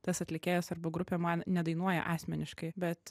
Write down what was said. tas atlikėjas arba grupė man nedainuoja asmeniškai bet